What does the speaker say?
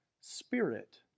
spirit